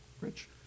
Rich